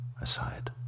aside